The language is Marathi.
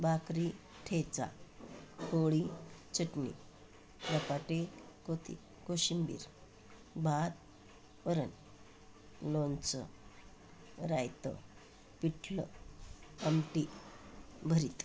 भाकरी ठेचा पोळी चटणी धपाटे कोती कोशिंबीर भात वरण लोणचं रायतं पिठलं आमटी भरीत